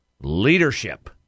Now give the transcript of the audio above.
leadership